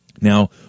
Now